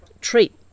treat